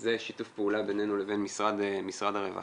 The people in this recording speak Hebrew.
יש שיתוף פעולה בינינו לבין משרד הרווחה